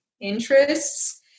interests